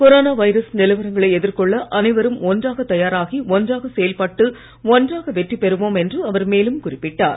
corona virus நிலவரங்களை எதிர்கொள்ள அனைவரும் ஒன்றாக தயாராகி ஒன்றாக செயல்பட்டு ஒன்றாக வெற்றி பெறுவோம் என்று அவர் மேலும் குறிப்பிட்டார்